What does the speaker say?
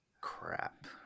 Crap